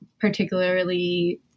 particularly